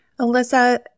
Alyssa